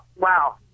wow